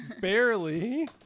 Barely